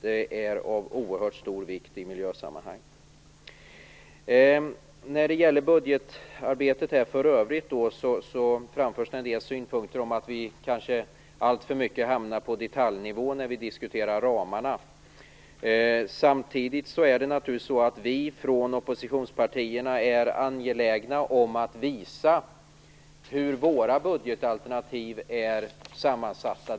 Det är av oerhört stor vikt i miljösammanhang. När det gäller budgetarbetet för övrigt framförs det en del synpunkter om att vi kanske alltför mycket hamnar på detaljnivån när vi diskuterar ramarna. Samtidigt är det naturligtvis så att vi i oppositionspartierna är angelägna om att visa hur våra budgetalternativ är sammansatta.